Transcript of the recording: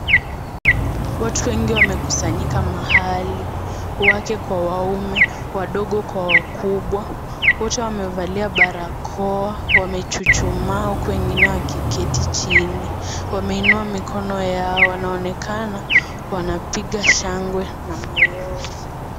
Watu wengi wamekusanyika mahali, wake kwa waume, wadogo kwa wakubwa, wote wamevalia barakoa, wamechuchumaa huku wengine wakiketi chini. Wameinua mikono yao, wanaonekana wanapiga shangwe na mayowe.